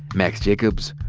max jacobs,